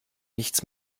nichts